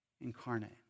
incarnate